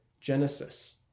Genesis